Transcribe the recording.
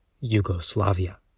Yugoslavia